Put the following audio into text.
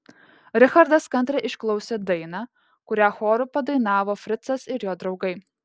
richardas kantriai išklausė dainą kurią choru padainavo fricas ir jo draugai